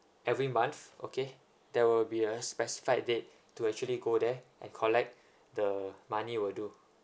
every month okay there will be a specified date to actually go there and collect the money will do